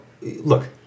look